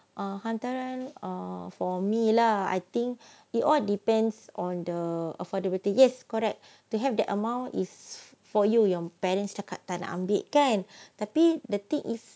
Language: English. err hantaran err for me lah I think it all depends on the affordability yes correct to have that amount is for you your parents cakap tak nak ambil kan tapi the thing is